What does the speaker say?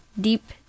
deep